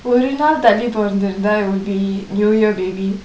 ஒறு நாள் தள்ளி பொரந்திருந்தா:oru naal thalli poranthirunthaa he will be new year baby